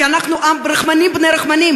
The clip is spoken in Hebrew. כי אנחנו עם של רחמנים בני רחמנים.